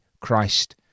Christ